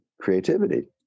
creativity